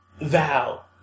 thou